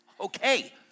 Okay